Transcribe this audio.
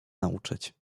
nauczyć